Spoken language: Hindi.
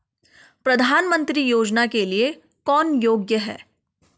प्रधानमंत्री योजना के लिए कौन योग्य है?